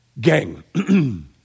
Gang